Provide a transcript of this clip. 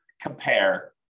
compare